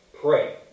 Pray